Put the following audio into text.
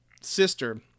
sister